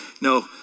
No